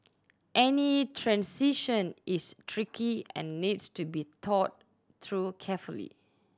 any transition is tricky and needs to be thought through carefully